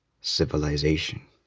civilization